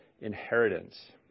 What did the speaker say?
inheritance